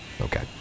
Okay